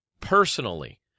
personally